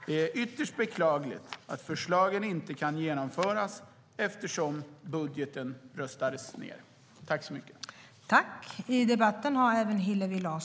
Det är ytterst beklagligt att förslagen inte kan genomföras, eftersom budgeten röstades ned.